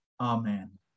Amen